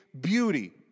beauty